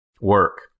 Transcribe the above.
Work